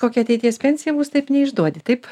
kokia ateities pensija bus taip neišduodi taip